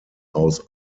aus